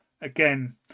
again